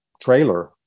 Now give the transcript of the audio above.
trailer